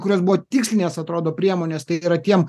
kurios buvo tikslinės atrodo priemonės tai yra tiem